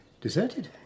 deserted